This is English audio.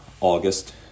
August